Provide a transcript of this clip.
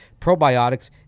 probiotics